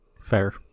Fair